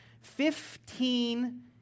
Fifteen